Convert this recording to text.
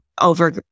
over